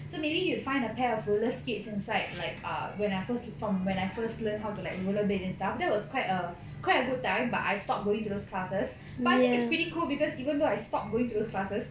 so maybe you'd find a pair of roller skates inside like err when I first from when I first learn how to like roller blade and stuff that was quite a quite a good time but I stopped going to those classes but I think is pretty cool because even though I stopped going to those classes